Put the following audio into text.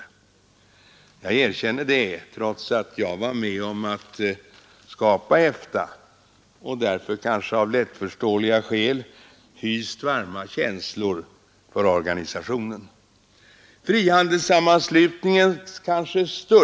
Jag erkänner det, trots att jag var med om att skapa EFTA och därför av lättförståeliga skäl hyst varma sammanslutningens kanske största iget ger svensk exportindustri större utvecklingsmöjligheter än känslor för organisationen.